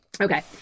Okay